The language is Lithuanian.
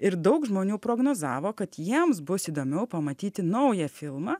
ir daug žmonių prognozavo kad jiems bus įdomiau pamatyti naują filmą